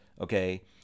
okay